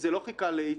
חיכה לאיציק.